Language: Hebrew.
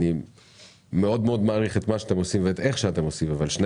אני מאוד מאוד מעריך את מה שאתם עושים ואת איך שאתם עושים אבל שני